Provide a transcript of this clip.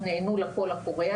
ענו לקול הקורא,